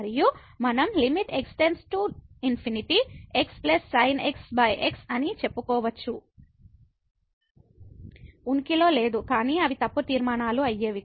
మరియు మనంx∞ x sin x x అని చెప్పుకోవచ్చు ఉనికిలో లేదు కానీ అవి తప్పు తీర్మానాలు అయ్యేవి